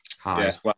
hi